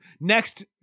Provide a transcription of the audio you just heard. next